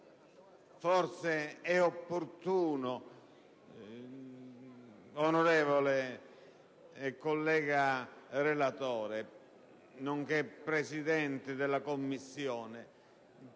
Forse è opportuno, onorevole collega relatore, onorevole Presidente della Commissione,